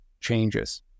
changes